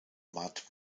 mud